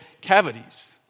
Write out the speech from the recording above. cavities